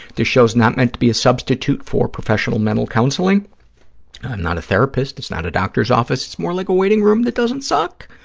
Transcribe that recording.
this show is not meant to be a substitute for professional mental counseling. i'm not a therapist. it's not a doctor's office. it's more like a waiting room that doesn't suck.